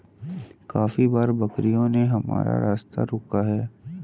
काफी बार बकरियों ने हमारा रास्ता रोका है